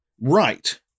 Right